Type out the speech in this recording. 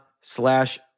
slash